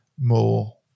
more